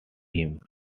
him